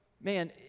man